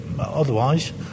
otherwise